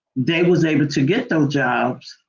they was able to get those jobs.